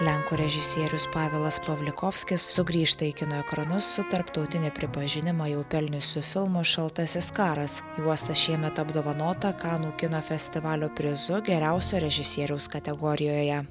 lenkų režisierius pavelas pavlikovskis sugrįžta į kino ekranus su tarptautinį pripažinimą jau pelniusiu filmu šaltasis karas juosta šiemet apdovanota kanų kino festivalio prizu geriausio režisieriaus kategorijoje